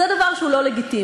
זה דבר שהוא לא לגיטימי.